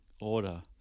order